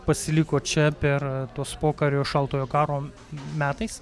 pasiliko čia per tuos pokario šaltojo karo metais